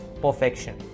perfection